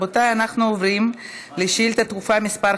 רבותיי, אנחנו עוברים לשאילתה דחופה מס'